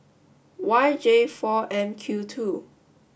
Y J four M Q two